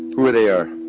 who they are.